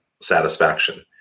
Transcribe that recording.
satisfaction